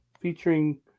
featuring